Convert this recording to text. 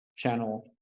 channel